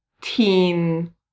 teen